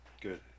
Good